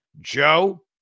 Joe